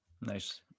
Nice